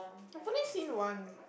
I've only seen one